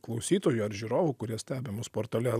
klausytojų ar žiūrovų kurie stebi mus portale